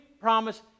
promise